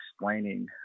explaining